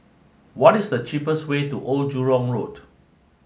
what is the cheapest way to Old Jurong Road